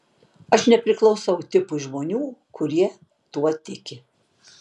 aš nepriklausau tipui žmonių kurie tuo tiki